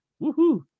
woohoo